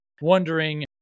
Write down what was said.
wondering